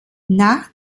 nach